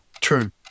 True